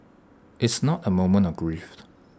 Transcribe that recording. it's not A moment of grief